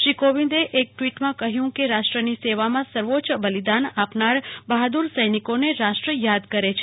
શ્રી કોવિદે એક ટ્વીટમાં કહ્યું કે રાષ્ટ્રની સેવામાં સર્વોચ્ય બલિદાન આપનારા બહાદુર સૈનિકોને રાષ્ટ્ર યાદ કરે છે